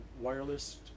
wireless